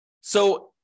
So-